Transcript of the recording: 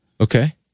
okay